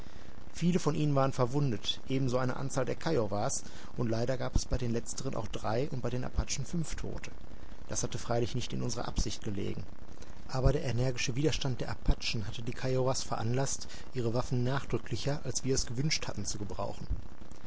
viele von ihnen waren verwundet ebenso eine anzahl der kiowas und leider gab es bei den letzteren auch drei und bei den apachen fünf tote das hatte freilich nicht in unserer absicht gelegen aber der energische widerstand der apachen hatte die kiowas veranlaßt ihre waffen nachdrücklicher als wir es gewünscht hatten zu gebrauchen